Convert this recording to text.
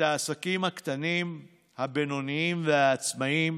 העסקים הקטנים והבינוניים ואת העצמאים